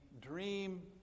dream